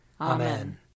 Amen